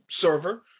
server